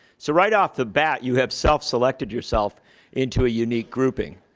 so right off the bat, you have self-selected yourself into a unique grouping.